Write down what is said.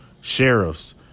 sheriffs